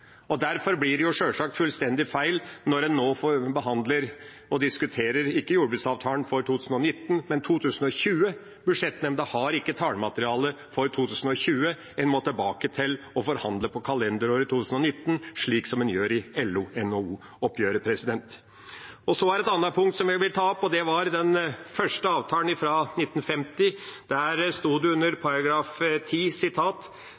Derfor blir det sjølsagt fullstendig feil når en nå behandler og diskuterer ikke jordbruksavtalen for 2019, men for 2020. Budsjettnemnda har ikke tallmateriale for 2020, en må tilbake til og forhandle på kalenderåret 2019, slik som en gjør i LO–NHO-oppgjøret. Så er det et annet poeng som jeg vil ta opp, og det gjelder den første avtalen, fra 1950. Der sto det